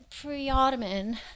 pre-Ottoman